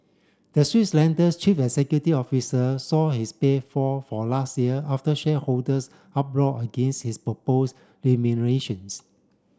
the Swiss lender's chief executive officer saw his pay fall for last year after shareholders uproar against his proposed remuneration